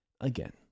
again